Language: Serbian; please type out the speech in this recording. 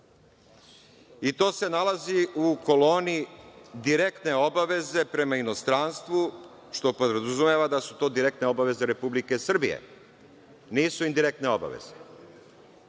i to se nalazi u koloni direktne obaveze prema inostranstvu, što podrazumeva da su to direktne obaveze Republike Srbije, nisu indirektne obaveze.